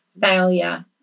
failure